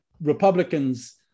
Republicans